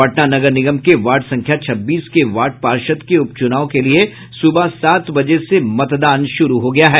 पटना नगर निगम के वार्ड संख्या छब्बीस के वार्ड पार्षद उप चुनाव के लिये सुबह सात बजे से मतदान शुरू हो गया है